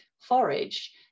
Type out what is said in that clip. forage